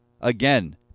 Again